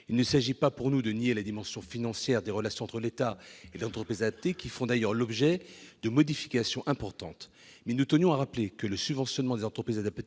Il ne s'agit pas pour nous de nier la dimension financière des relations entre l'État et les entreprises adaptées, qui font d'ailleurs l'objet de modifications importantes. Mais nous tenions à rappeler que le subventionnement des entreprises adaptées